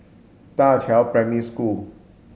Da Qiao Primary School